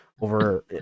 over